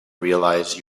realize